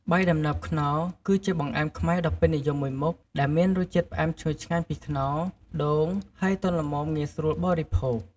បាយដំណើបខ្នុរ គឺជាបង្អែមខ្មែរដ៏ពេញនិយមមួយមុខ ដែលមានរសជាតិផ្អែមឈ្ងុយឆ្ងាញ់ពីខ្នុរ ដូង ហើយទន់ល្មមងាយស្រួលបរិភោគ។